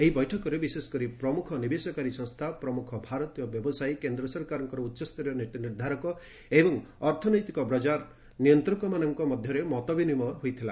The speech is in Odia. ଏହି ବୈଠକରେ ବିଶେଷକରି ପ୍ରମୁଖ ନିବେଶକାରୀ ସଂସ୍ଥା ପ୍ରମୁଖ ଭାରତୀୟ ବ୍ୟବସାୟୀ କେନ୍ଦ୍ର ସରକାରଙ୍କ ଉଚ୍ଚସ୍ତରୀୟ ନୀତି ନିର୍ଦ୍ଧାରକ ଏବଂ ଅର୍ଥନୈତିକ ବଜାର ନିୟନ୍ତକମାନଙ୍କ ମଧ୍ୟରେ ମତ ବିନିମୟ ହୋଇଥିଲା